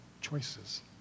choices